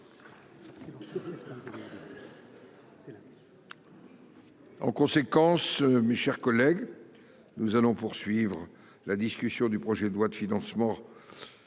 En conséquence, mes chers collègues. Nous allons poursuivre la discussion du projet de loi de financement.